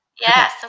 Yes